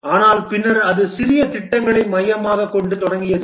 ஆனால் பின்னர் அது சிறிய திட்டங்களை மையமாகக் கொண்டு தொடங்கியது